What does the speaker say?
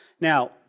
Now